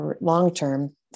long-term